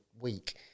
week